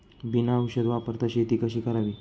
बिना औषध वापरता शेती कशी करावी?